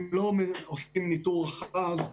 הם לא עושים ניטור רחב,